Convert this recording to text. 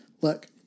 look